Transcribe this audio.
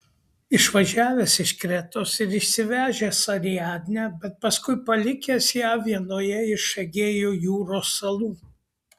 išvažiavęs iš kretos ir išsivežęs ariadnę bet paskui palikęs ją vienoje iš egėjo jūros salų